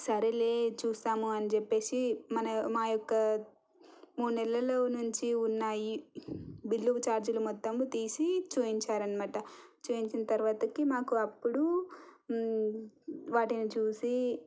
సరేలే చూస్తాము అని చెప్పేసి మన మా యొక్క మూన్నెల్లలో నుంచి ఉన్న ఈ బిల్లుకి ఛార్జీల మొత్తం తీసి చూయించారు అన్నమాట చూపించిన తరువాతకి మాకు అప్పుడు వాటిని చూసి